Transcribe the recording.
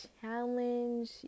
challenge